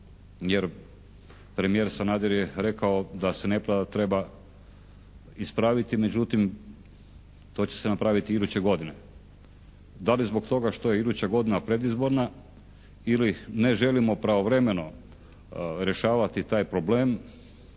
jer premijer Sanader je rekao da se nepravda treba ispraviti, međutim to će se napraviti iduće godine. Da li zbog toga što je iduća godina predizborna ili ne želimo pravovremeno rješavati taj problem,